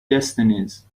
destinies